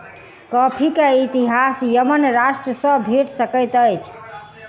coffee के इतिहास Yemen राष्ट्र सॅ भेट सकैत अछि